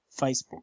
Facebook